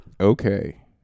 okay